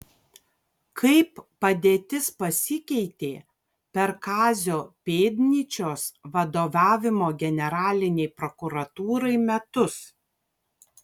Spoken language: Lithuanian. kaip padėtis pasikeitė per kazio pėdnyčios vadovavimo generalinei prokuratūrai metus